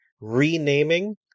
renaming